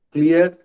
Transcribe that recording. Clear